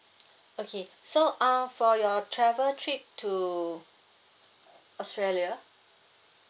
okay so uh for your travel trip to australia